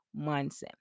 mindset